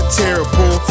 terrible